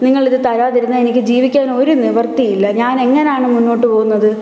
നിങ്ങൾ ഇത് തരാതിരുന്നാൽ എനിക്ക് ജീവിക്കാനൊരു നിവൃത്തിയില്ല ഞാൻ എങ്ങനെയാണ് മുന്നോട്ട് പോകുന്നത്